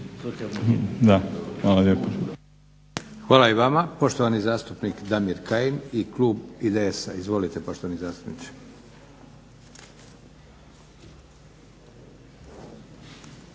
Hvala i vama. Poštovani zastupnik Damir Kajin i klub IDS-a. Izvolite poštovani zastupniče.